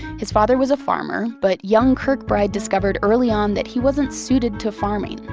his father was a farmer, but young kirkbride discovered early on that he wasn't suited to farming,